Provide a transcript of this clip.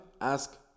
ask